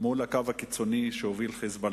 מול הקו הקיצוני שהוביל "חיזבאללה".